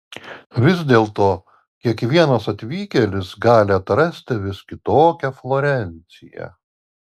vis dėlto kiekvienas atvykėlis gali atrasti vis kitokią florenciją